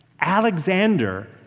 Alexander